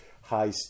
high